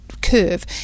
curve